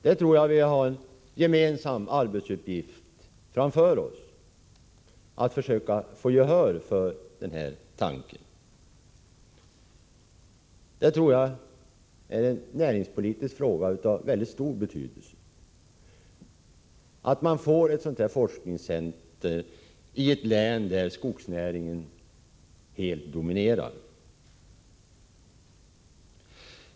Jag tror att vi har en gemensam arbetsuppgift framför oss när det gäller att försöka få gehör för denna tanke. Det är en näringspolitisk fråga av mycket stor betydelse — att man får ett sådant forskningscenter i ett län där skogsnäringen helt dominerar.